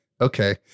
Okay